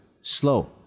slow